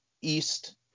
East